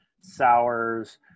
Sours